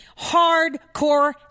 hardcore